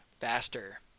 faster